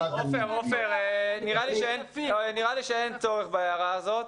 עופר, נראה לי שאין צורך בהערה הזאת.